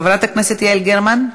חברת הכנסת יעל גרמן,